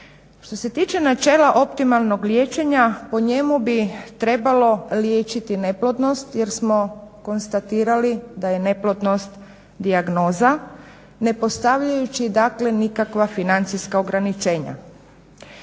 Što se tiče načela optimalnog liječenja po njemu bi trebalo liječiti neplodnost jer smo konstatirali da je neplodnost dijagnoza ne postavljajući dakle nikakva financijska ograničenja.